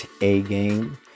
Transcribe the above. A-Game